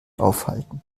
aufhalten